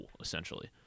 essentially